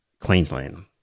Queensland